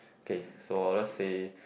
okay so I'll just say